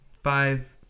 five